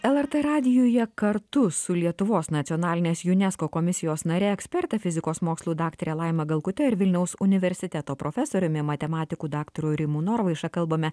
lrt radijuje kartu su lietuvos nacionalinės unesco komisijos nare eksperte fizikos mokslų daktare laima galkute ir vilniaus universiteto profesoriumi matematiku daktaru rimu norvaiša kalbame